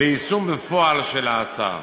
ביישום בפועל של ההצעה.